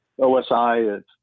OSI